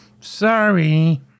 Sorry